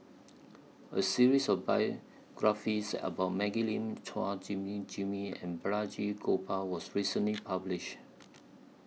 A series of biographies about Maggie Lim Chua Jimmy Jimmy and Balraj Gopal was recently published